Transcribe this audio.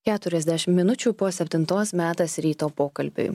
keturiasdešim minučių po septintos metas ryto pokalbiui